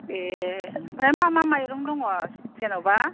ए ओमफ्राय मा मा माइरं दङ जेन'बा